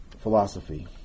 philosophy